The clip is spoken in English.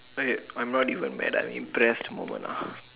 okay I'm not even mad I'm impressed moment ah